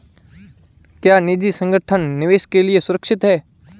क्या निजी संगठन निवेश के लिए सुरक्षित हैं?